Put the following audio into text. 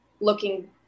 looking